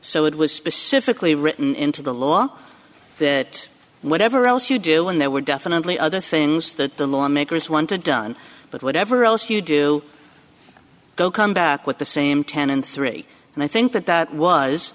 so it was specifically written into the law that whatever else you do and there were definitely other things that the law makers wanted done but whatever else you do go come back with the same ten and three and i think that that was